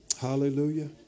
Hallelujah